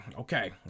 okay